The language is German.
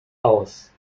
aus